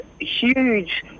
huge